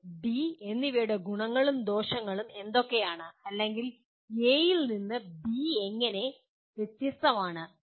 A B എന്നിവയുടെ ഗുണങ്ങളും ദോഷങ്ങളും എന്തൊക്കെയാണ് അല്ലെങ്കിൽ എ യിൽ നിന്ന് ബി എങ്ങനെ വ്യത്യസ്തമാണ്